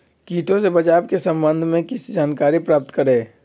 किटो से बचाव के सम्वन्ध में किसी जानकारी प्राप्त करें?